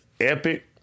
epic